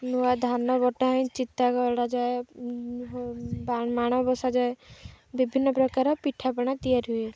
ନୂଆ ଧାନ ବଟା ହଁ ଚିତା କରାଯାଏ ମାଣବସା ଯାଏ ବିଭିନ୍ନ ପ୍ରକାର ପିଠାପଣା ତିଆରି ହୁଏ